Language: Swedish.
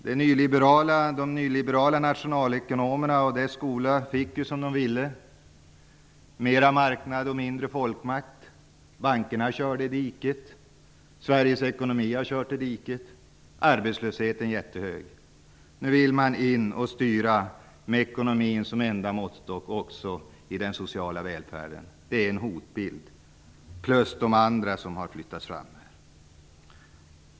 De nyliberala nationalekonomerna fick ju som de ville: mer marknad och mindre folkmakt. Bankerna körde i diket, Sveriges ekonomi har kört i diket, arbetslösheten är jättehög. Nu vill de gå in och styra med ekonomin som enda måttstock också inom den sociala välfärden. Det är en hotbild, att lägga till de andra som har tagits fram i debatten.